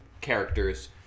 characters